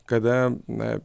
kada na